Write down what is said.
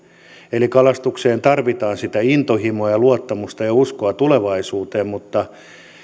kalastukseen tarvitaan sitä intohimoa ja luottamusta ja uskoa tulevaisuuteen mutta